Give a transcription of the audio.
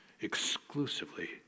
exclusively